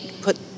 put